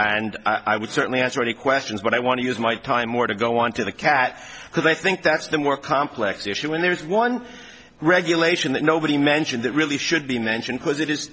and i would certainly answer any questions but i want to use my time more to go on to the cat because i think that's the more complex issue and there's one regulation that nobody mentioned that really should be mentioned because it is